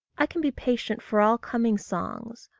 i can be patient for all coming songs,